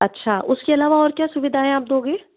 अच्छा उसके अलावा और क्या सुविधाएं आप दोगे